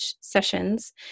sessions